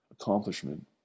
accomplishment